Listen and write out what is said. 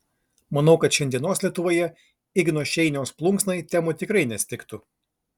manau kad šiandienos lietuvoje igno šeiniaus plunksnai temų tikrai nestigtų